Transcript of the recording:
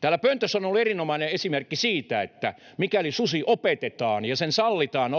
Täällä pöntössä on ollut erinomainen esimerkki siitä, että mikäli susi opetetaan ja sen sallitaan